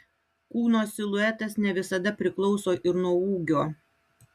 kūno siluetas ne visada priklauso ir nuo ūgio